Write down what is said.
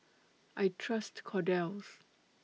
I Trust Kordel's